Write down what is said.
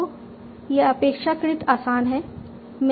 तो यह अपेक्षाकृत आसान है